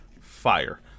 fire